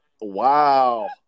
Wow